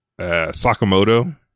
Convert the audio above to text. sakamoto